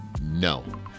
No